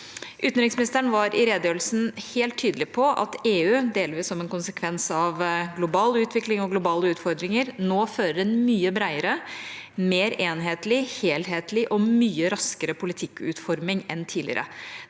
Utenriksministeren var i redegjørelsen helt tydelig på at EU, delvis som en konsekvens av global utvikling og globale utfordringer, nå fører en mye bredere, mer enhetlig, helhetlig og mye raskere politikkutforming enn tidligere.